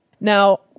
Now